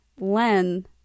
Len